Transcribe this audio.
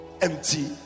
empty